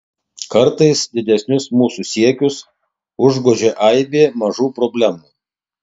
kartais didesnius mūsų siekius užgožia aibė mažų problemų